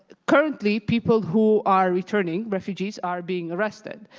ah currently people who are returning, refugees, are being arrested.